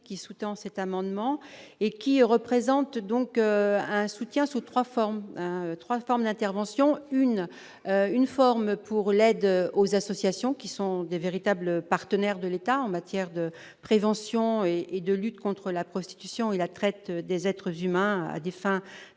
qui sous-tend cette amendement et qui représente donc un soutien sous 3 formes : 3 formes d'intervention une une forme pour l'aide aux associations qui sont de véritables partenaires de l'État en matière de prévention et de lutte contre la prostitution et la traite des êtres humains à des fins